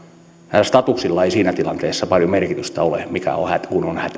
näillä statuksilla ei siinä tilanteessa paljon merkitystä ole kun on hätä